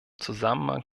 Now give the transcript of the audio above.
zusammenhang